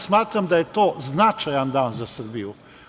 Smatram da je to značajan dan za Srbiju.